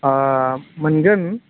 ओ मोनगोन